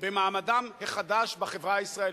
במעמדם החדש בחברה הישראלית.